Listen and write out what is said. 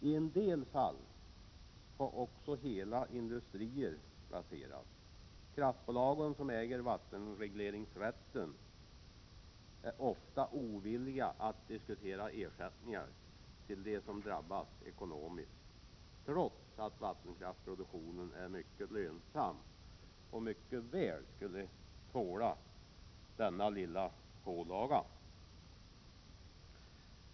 I en del fall har också hela industrier raserats. Kraftbolagen, som äger vattenregleringsrätten, är ofta ovilliga att diskutera ersättningar till dem som drabbas ekonomiskt, trots att vattenkraftsproduktionen är mycket lönsam och mycket väl skulle tåla denna lilla pålaga.